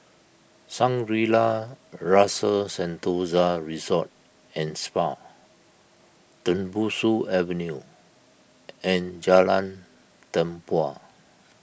Shangri La's Rasa Sentosa Resort and Spa Tembusu Avenue and Jalan Tempua